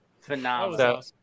Phenomenal